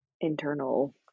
internal